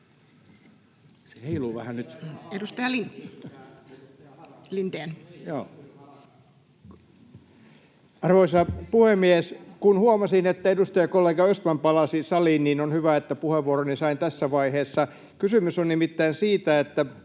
vuodelle 2024 Time: 15:17 Content: Arvoisa puhemies! Huomasin, että edustajakollega Östman palasi saliin, niin että on hyvä, että sain puheenvuoroni tässä vaiheessa. Kysymys on nimittäin siitä, että